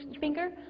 finger